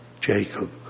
Jacob